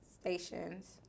stations